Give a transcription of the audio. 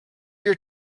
your